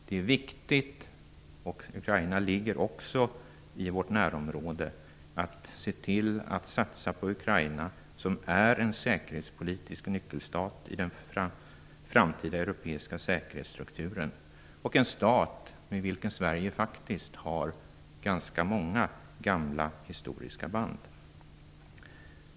Det är viktigt - Ukraina ligger också i vårt närområde - att se till att satsa på Ukraina, som är en säkerhetspolitisk nyckelstat i den framtida europeiska säkerhetsstrukturen och en stat med vilken Sverige faktiskt har ganska många gamla historiska band.